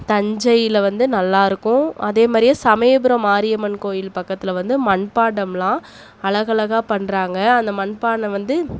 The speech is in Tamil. தஞ்சையில் வந்து நல்லா இருக்கும் அதே மாதிரியே சமயபுரம் மாரியம்மன் கோயில் பக்கத்தில் வந்து மண் பாண்டம்லாம் அழகழகாக பண்றாங்க அந்த மண்பானை வந்து